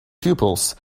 pupils